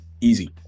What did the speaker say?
easy